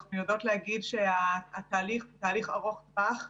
אנחנו יודעות להגיד שהתהליך הוא תהליך ארוך טווח.